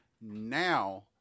now